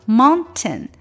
mountain